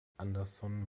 andersson